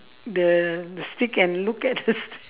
the stick and look at the stick